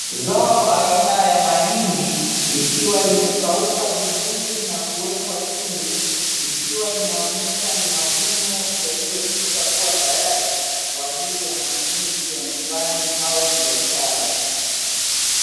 Zao aina ya mahindi likiwa limekauka vizuri na kuwekwa chini likiwa linaonyesha ni mavuno yaliyokwisha kuwa tayari kwa ajili ya matumizi ya nyumbani au biashara.